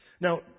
Now